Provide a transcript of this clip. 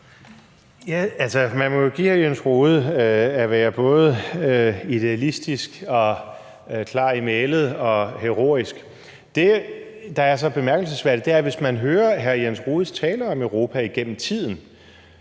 (DF): Man må jo give hr. Jens Rohde, at han er både idealistisk og klar i mælet og heroisk. Det, der er så bemærkelsesværdigt, er, at hvis man hører hr. Jens Rohdes taler om Europa igennem tiden,